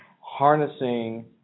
harnessing